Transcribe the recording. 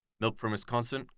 milk from wisconsin,